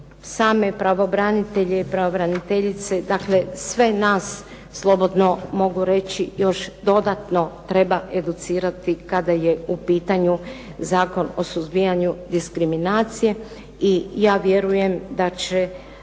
same pravobranitelje i pravobraniteljice, dakle sve nas slobodno mogu reći još dodatno treba educirati kada je u pitanju Zakon o suzbijanju diskriminacije i ja vjerujem da će